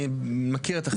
אני מכיר את החדר הזה.